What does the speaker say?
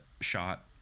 shot